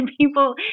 people